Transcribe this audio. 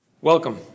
Welcome